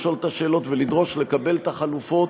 לשאול את השאלות ולדרוש לקבל את החלופות,